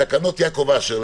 תקנות יעקב אשר,